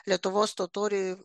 lietuvos totorių